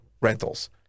rentals